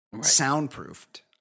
Soundproofed